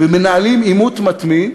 ומנהלים עימות מתמיד,